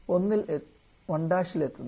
1'ഇൽ എത്തുന്നു